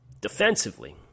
Defensively